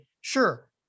Sure